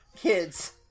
kids